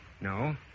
No